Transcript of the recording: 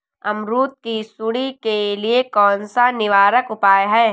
अमरूद की सुंडी के लिए कौन सा निवारक उपाय है?